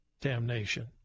damnation